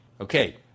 Okay